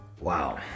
Wow